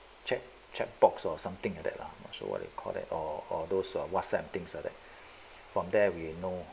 chat chat box or something like that lah so what do you call that or or those WhatsApp things like that from there we know